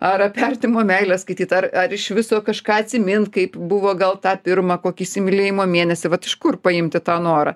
ar artimo meilę skaityt ar ar iš viso kažką atsimint kaip buvo gal tą pirmą kokį įsimylėjimo mėnesį vat iš kur paimti tą norą